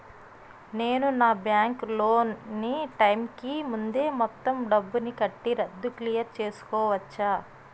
నేను నా bank loan నీ టైం కీ ముందే మొత్తం డబ్బుని కట్టి రద్దు క్లియర్ చేసుకోవచ్చా?